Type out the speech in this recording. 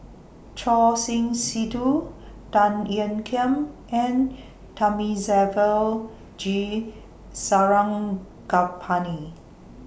Choor Singh Sidhu Tan Ean Kiam and Thamizhavel G Sarangapani